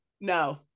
no